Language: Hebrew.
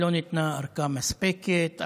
לא ניתנה הארכה מספקת,